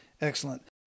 Excellent